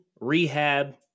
rehab